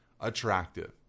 attractive